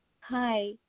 Hi